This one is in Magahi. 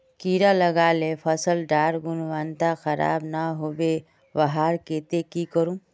कीड़ा लगाले फसल डार गुणवत्ता खराब ना होबे वहार केते की करूम?